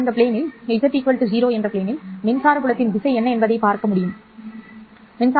எனவே இந்த z 0 விமானத்தில் மின்சார புலத்தின் திசை என்ன என்பதைப் பார்த்தால் சரி